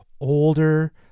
older